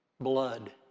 blood